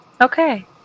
Okay